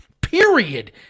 period